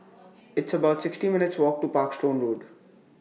It's about sixty minutes' Walk to Parkstone Road